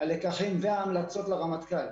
הלקחים וההמלצות לרמטכ"ל.